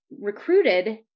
recruited